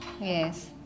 Yes